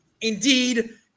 indeed